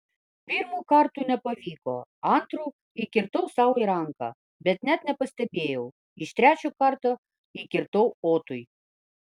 pirmu kartu nepavyko antru įkirtau sau į ranką bet net nepastebėjau iš trečio karto įkirtau otui